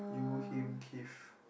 you him Keefe